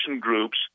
groups